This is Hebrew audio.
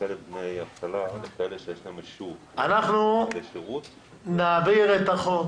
אנחנו נעביר את החוק